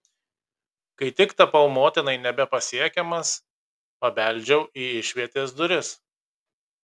kai tik tapau motinai nebepasiekiamas pabeldžiau į išvietės duris